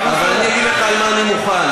אני אגיד לך על מה אני מוכן,